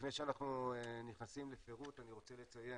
לפני שאנחנו נכנסים לפירוט אני רוצה לציין,